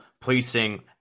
placing